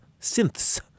Synths